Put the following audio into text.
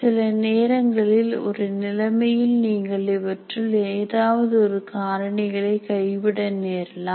சில நேரங்களில் ஒரு நிலைமையில் நீங்கள் இவற்றுள் ஏதாவது ஒரு காரணியை கைவிட நேரலாம்